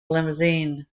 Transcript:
limousine